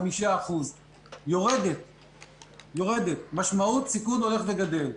5%. המשמעות היא שהסיכון הולך וגדל,